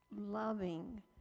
loving